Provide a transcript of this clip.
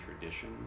tradition